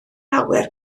lawer